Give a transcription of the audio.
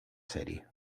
serie